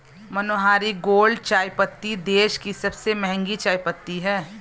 मनोहारी gold चायपत्ती देश की सबसे महंगी चायपत्ती है